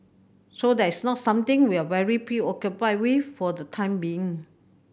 so that's not something we are very preoccupied with for the time being